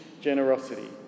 generosity